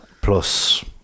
Plus